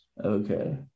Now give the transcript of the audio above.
Okay